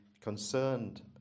concerned